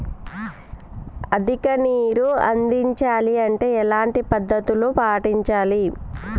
అధిక నీరు అందించాలి అంటే ఎలాంటి పద్ధతులు పాటించాలి?